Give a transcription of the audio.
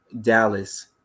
Dallas –